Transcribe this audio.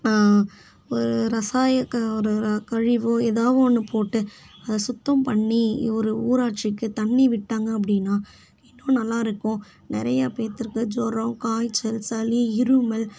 ஒரு ஒரு கழிவோ ஏதோ ஒன்று போட்டு அதை சுத்தம் பண்ணி ஒரு ஊராட்சிக்கு தண்ணி விட்டாங்க அப்படின்னா இன்னும் நல்லா இருக்கும் நிறையா பேத்திற்கு ஜுரம் காய்ச்சல் சளி இருமல்